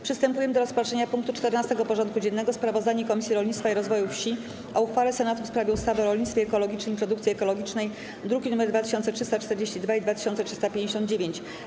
Przystępujemy do rozpatrzenia punktu 14. porządku dziennego: Sprawozdanie Komisji Rolnictwa i Rozwoju Wsi o uchwale Senatu w sprawie ustawy o rolnictwie ekologicznym i produkcji ekologicznej (druki nr 2342 i 2359)